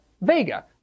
Vega